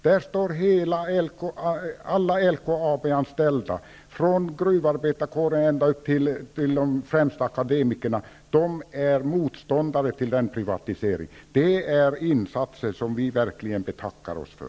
Där är alla LKAB-anställda från gruvarbetarkåren och upp till de främsta akademikerna eniga: De är motståndare till en privatisering. Det är också en insats som vi verkligen betackar oss för!